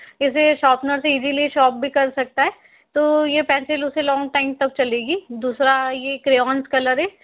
इसे शॉर्पनर से easily sharp भी कर सकता है तो ये पेंसिल उसे लॉन्ग टाइम तक चलेंगी दूसरा ये क्रेऑन्स कलर है